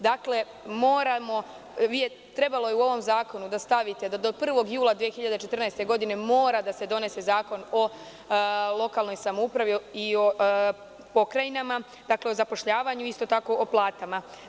Dakle, trebalo je da u ovom zakonu stavite da do 1. jula 2014. godine mora da se donese zakon o lokalnoj samoupravi i o pokrajinama, o zapošljavanju i o platama.